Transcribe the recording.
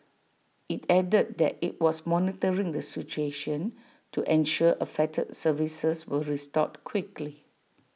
IT added that IT was monitoring the situation to ensure affected services were restored quickly